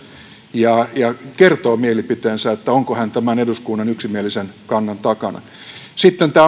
ja ja kertoo mielipiteensä onko hän tämän eduskunnan yksimielisen kannan takana tämä